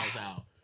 out